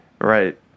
Right